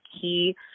key